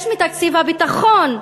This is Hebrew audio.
יש מתקציב הביטחון.